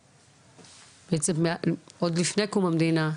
בעצם עוד לפני קום המדינה,